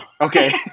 Okay